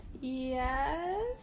Yes